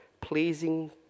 pleasing